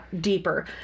deeper